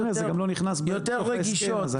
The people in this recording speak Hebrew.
זה גם לא נכנס בתוך ההסכם,